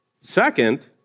Second